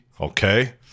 okay